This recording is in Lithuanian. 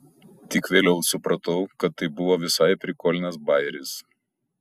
tik vėliau supratau kad tai buvo visai prikolnas bajeris